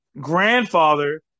grandfather